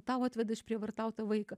tau atveda išprievartautą vaiką